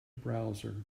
browser